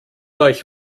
euch